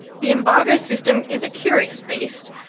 the embargo system is a curious beast,